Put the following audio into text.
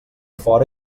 fora